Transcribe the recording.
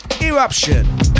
eruption